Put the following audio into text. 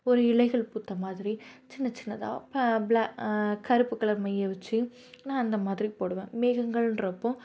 ஒரு இலைகள் பூத்த மாதிரி சின்ன சின்னதாக ப்ல கருப்பு கலர் மையை வச்சு நான் அந்த மாதிரி போடுவேன் மேகங்கள்ன்றப்போ